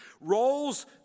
Roles